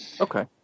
Okay